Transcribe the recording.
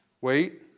wait